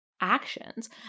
actions